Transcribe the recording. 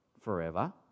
forever